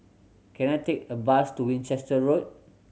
can I take a bus to Winchester Road